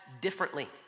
differently